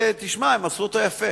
ותשמע, הם עשו אותו יפה,